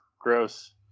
gross